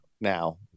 now